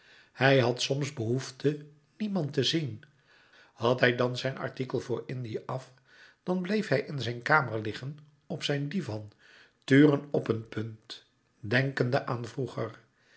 couperus metamorfoze soms behoefte niemand te zien had hij dan zijn artikel voor indië af dan bleef hij in zijn kamer liggen op zijn divan turen op een punt denkende aan vroeger